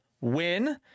Win